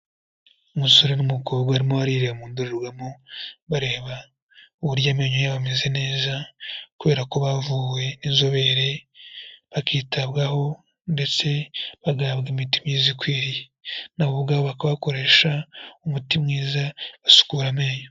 Umusore n'umukobwa barimo barireba mu ndorerwamo, bareba uburyo amenyo yabo ameze neza, kubera ko bavuwe n'inzobere, bakitabwaho ndetse bagahabwa imiti myiza ikwiriye, na bo ubwabo bakaba bakoresha umuti mwiza basukura amenyo.